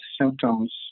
symptoms